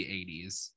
80s